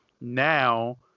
now